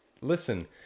listen